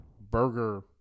burger